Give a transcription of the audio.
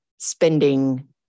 spending